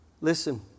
listen